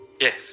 Yes